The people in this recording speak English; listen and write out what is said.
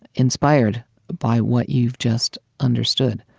inspired by what you've just understood.